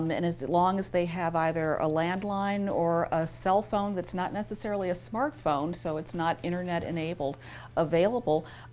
um and, as long as they have either a landline or a cell phone that's not necessarily a smartphone so it's not internet-enabled available,